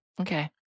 Okay